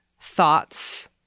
thoughts